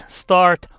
start